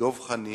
דב חנין,